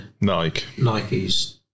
Nike's